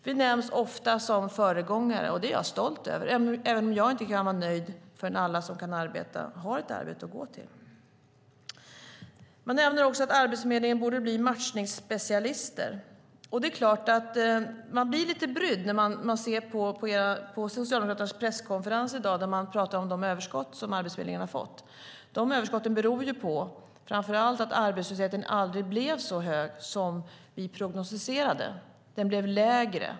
Vi nämns ofta som föregångare, och det är jag stolt över, även om jag inte kan vara nöjd förrän alla som kan arbeta har ett arbete att gå till. Det sägs att Arbetsförmedlingen borde bli matchningsspecialist. Jag blev lite brydd när jag hörde Socialdemokraternas presskonferens i dag där det talades om det överskott som Arbetsförmedlingen har. Det överskottet beror framför allt på att arbetslösheten aldrig blev så hög som vi prognostiserade. Den blev lägre.